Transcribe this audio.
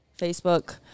Facebook